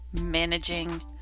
managing